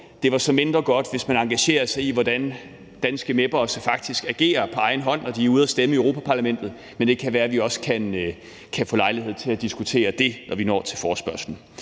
Det er så mindre godt, hvis man engagerer sig i, hvordan danske mep'ere så faktisk agerer på egen hånd, når de stemmer i Europa-Parlamentet. Men det kan være, at vi også kan få lejlighed til at diskutere det under forespørgselsdebatten.